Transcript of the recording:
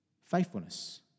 faithfulness